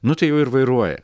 nu tai jau ir vairuoja